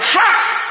Trust